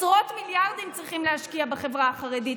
עשרות מיליארדים צריך להשקיע בחברה החרדית,